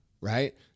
Right